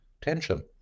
tension